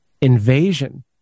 invasion